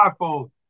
iPhone